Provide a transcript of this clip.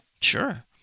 sure